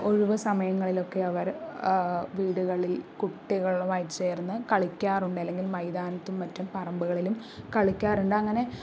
ഒഴിവു സമയങ്ങളില് ഒക്കെ അവര് വീടുകളില് കുട്ടികളുമായി ചേര്ന്ന് കളിക്കാറുണ്ട് അല്ലെങ്കില് മൈതാനത്തും മറ്റു പറമ്പുകളിലും കളിക്കാറുണ്ട് അങ്ങനെ